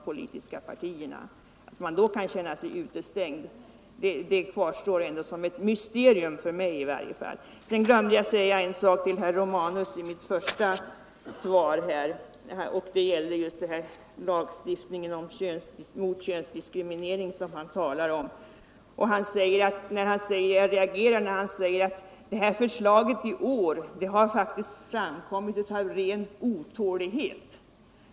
Jämställdhet Att man då kan känna sig utestängd framstår för mig som ett mysterium. mellan män och Sedan glömde jag att säga en sak till herr Romanus i mitt första svar. — kvinnor, m.m. Det gäller lagstiftningen mot könsdiskriminering. Jag reagerar när han säger att förslaget i år har framförts av ren otålighet.